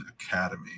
Academy